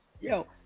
Yo